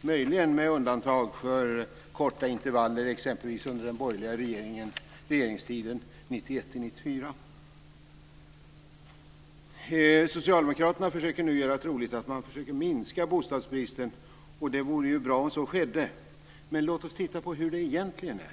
möjligen med undantag för korta intervaller, exempelvis under den borgerliga regeringstiden Socialdemokraterna försöker nu göra troligt att de försöker minska bostadsbristen, och det vore ju bra om så skedde. Men låt oss titta på hur det egentligen är.